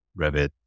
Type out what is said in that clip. Revit